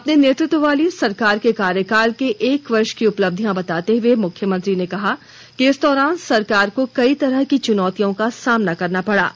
अपने नेतृत्व वाली सरकार के कार्यकाल के एक वर्ष की उपलब्धियां बताते हुए मुख्यमंत्री ने कहा कि इस दौरान सरकार को कई तरह के चुनौतियों का सामना करना पड़ा है